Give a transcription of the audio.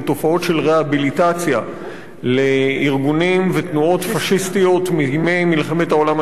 רהביליטציה לארגונים ותנועות פאשיסטיות מימי מלחמת העולם השנייה.